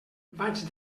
vaig